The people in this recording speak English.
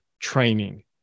training